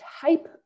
type